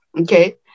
okay